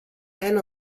and